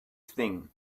thing